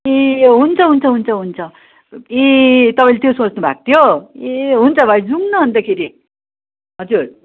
ए अँ हुन्छ हुन्छ हुन्छ हुन्छ ए तपाईँले त्यो सोच्नुभएको थियो ए हुन्छ भाइ जाउँ न अन्तखेरि हजुर